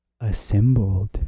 assembled